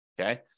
Okay